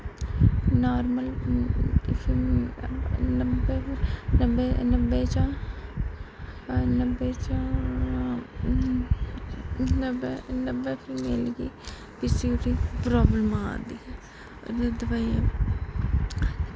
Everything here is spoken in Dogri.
नॉर्मल नब्बे नब्बे चा नब्बे चा नब्बे नब्बे यानि कि पी सी यू दी प्रॉब्लम आवा दी एह्दी दवाई